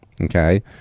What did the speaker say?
Okay